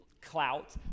clout